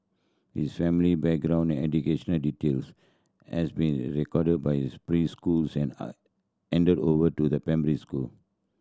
his family background and educational details has been recorded by his preschool and handed over to the primary school